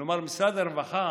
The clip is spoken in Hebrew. כלומר, משרד הרווחה